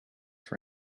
for